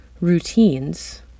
routines